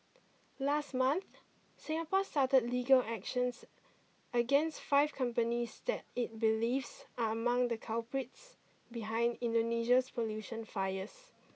last month Singapore started legal actions against five companies that it believes are among the culprits behind Indonesia's pollution fires